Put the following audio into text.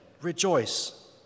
Rejoice